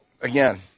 again